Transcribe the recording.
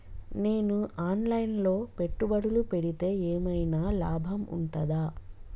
నేను online లో పెట్టుబడులు పెడితే ఏమైనా లాభం ఉంటదా?